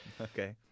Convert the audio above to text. Okay